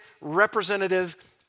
representative